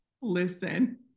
Listen